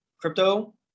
crypto